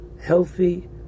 healthy